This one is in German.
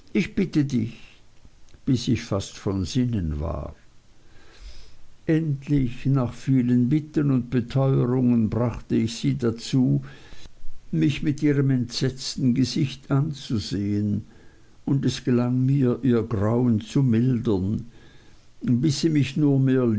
ich bitte dich bis ich fast von sinnen war endlich nach vielen bitten und beteuerungen brachte ich sie dazu mich mit ihrem entsetzten gesicht anzusehen und es gelang mir ihr grauen zu mildern bis sie mich nur mehr